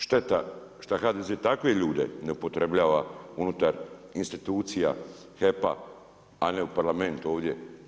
Šteta što HDZ takve ljude ne upotrebljava unutar institucija HEP-a a ne u Parlamentu ovdje.